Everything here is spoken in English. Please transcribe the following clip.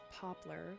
poplar